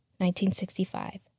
1965